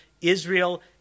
Israel